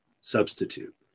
substitute